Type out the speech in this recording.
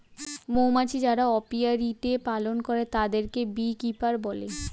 মৌমাছি যারা অপিয়ারীতে পালন করে তাদেরকে বী কিপার বলে